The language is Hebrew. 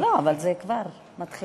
לא, אבל זה כבר מתחיל.